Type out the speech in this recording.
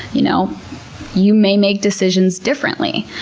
you know you may make decisions differently.